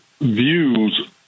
views